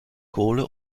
kohle